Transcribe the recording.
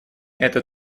это